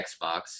Xbox